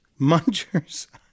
Munchers